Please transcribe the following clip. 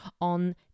on